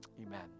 Amen